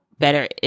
better